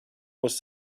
was